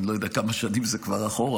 אני לא יודע כמה שנים זה כבר אחורה.